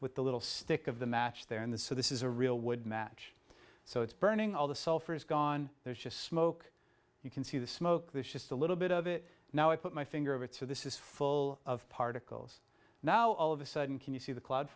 with the little stick of the match there in the so this is a real wood match so it's burning all the sulfur is gone there's just smoke you can see the smoke there's just a little bit of it now i put my finger of it so this is full of particles now all of a sudden can you see the cloud